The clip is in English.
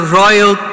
royal